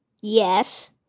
Yes